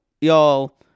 y'all